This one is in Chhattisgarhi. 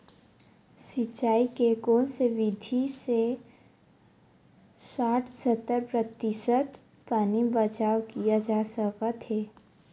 सिंचाई के कोन से विधि से साठ सत्तर प्रतिशत पानी बचाव किया जा सकत हे?